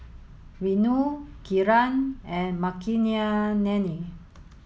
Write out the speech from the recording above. Renu Kiran and